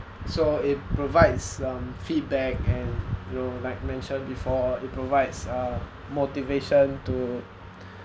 so it provides um feedback and you know like mentioned before it provides a motivation to